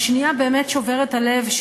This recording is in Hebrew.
השנייה, שוברת הלב,